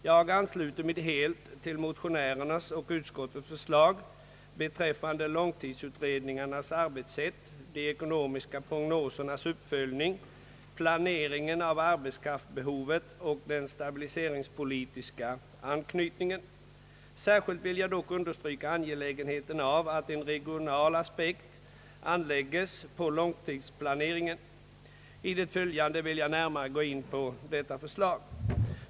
Jag ansluter mig helt till motionärernas — och utskottets — förslag beträffande långtidsutredningarnas arbetssätt, de ekonomiska prognosernas uppföljning, planeringen av arbetskraftsbehovet och den stabiliseringspolitiska anknytningen. Särskilt vill jag dock understryka angelägenheten av att en regional aspekt anlägges på långsiktsplaneringen. I det följande vill jag närmare gå in på detta förslag.